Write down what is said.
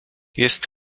jest